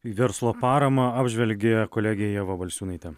verslo paramą apžvelgė kolegė ieva balčiūnaitė